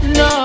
no